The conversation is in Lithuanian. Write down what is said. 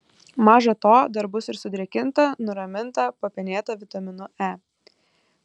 maža to dar bus ir sudrėkinta nuraminta papenėta vitaminu e